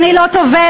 אני לא טובלת,